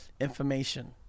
information